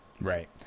Right